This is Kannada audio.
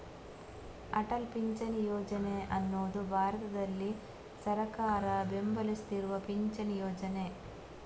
ಅಟಲ್ ಪಿಂಚಣಿ ಯೋಜನೆ ಅನ್ನುದು ಭಾರತದಲ್ಲಿ ಸರ್ಕಾರ ಬೆಂಬಲಿಸ್ತಿರುವ ಪಿಂಚಣಿ ಯೋಜನೆ